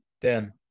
Dan